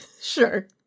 Sure